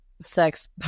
sex